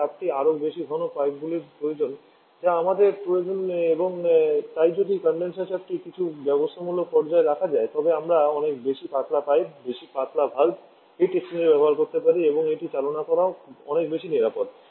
তবে চাপটি আরও বেশি ঘন পাইপগুলির প্রয়োজন যা আমাদের প্রয়োজন এবং তাই যদি কনডেনসার চাপটি কিছু ব্যবস্থাপনামূলক পর্যায়ে রাখা যায় তবে আমরা অনেক বেশি পাতলা পাইপ বেশি পাতলা ভালভ হিট এক্সচেঞ্জার ব্যবহার করতে পারি এবং এটি চালনা করাও অনেক বেশি নিরাপদ